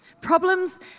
Problems